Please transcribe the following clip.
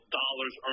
dollars